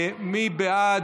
מי בעד?